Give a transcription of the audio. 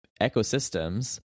ecosystems